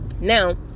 Now